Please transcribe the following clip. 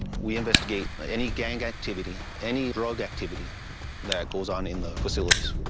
we investigate any gang activity, any drug activity that goes on in the facilities.